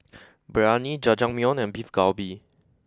Biryani Jajangmyeon and Beef Galbi